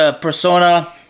persona